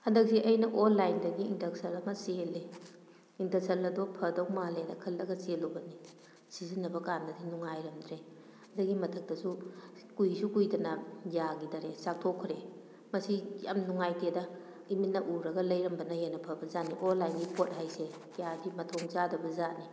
ꯍꯟꯗꯛꯁꯦ ꯑꯩꯅ ꯑꯣꯟꯂꯥꯏꯟꯗꯒꯤ ꯏꯟꯗꯛꯁꯜ ꯑꯃ ꯆꯦꯜꯂꯦ ꯏꯟꯗꯛꯁꯜ ꯑꯗꯣ ꯐꯗꯧꯃꯥꯜꯂꯦꯅ ꯈꯜꯂꯒ ꯆꯦꯜꯂꯨꯕꯅꯤ ꯁꯤꯖꯤꯟꯅꯕ ꯀꯥꯟꯗꯗꯤ ꯅꯨꯉꯥꯏꯔꯝꯗ꯭ꯔꯦ ꯑꯗꯨꯒꯤ ꯃꯊꯛꯇꯁꯨ ꯀꯨꯏꯁꯨ ꯀꯨꯏꯗꯅ ꯌꯥꯈꯤꯗꯔꯦ ꯆꯥꯛꯊꯣꯛꯈ꯭ꯔꯦ ꯃꯁꯤ ꯌꯥꯝꯅ ꯅꯨꯉꯥꯏꯇꯦꯗ ꯏꯃꯤꯠꯅ ꯎꯔꯒ ꯂꯩꯔꯝꯕꯅ ꯍꯦꯟꯅ ꯐꯕꯖꯥꯠꯅꯤ ꯑꯣꯟꯂꯥꯏꯟꯒꯤ ꯄꯣꯠ ꯍꯥꯏꯁꯦ ꯀꯌꯥꯗꯤ ꯃꯊꯣꯡ ꯆꯥꯗꯕꯖꯥꯠꯅꯤ